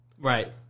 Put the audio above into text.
Right